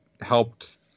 helped